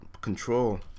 control